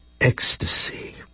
ecstasy